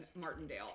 Martindale